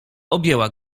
objęła